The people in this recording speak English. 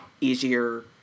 easier